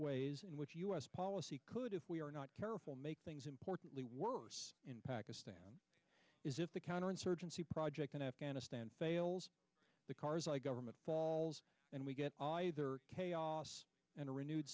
ways in which u s policy could if we are not careful make things importantly worse in pakistan is if the counterinsurgency project in afghanistan fails the karzai government falls and we get either chaos and a renewed